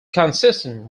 consistent